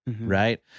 Right